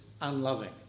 unloving